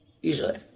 Usually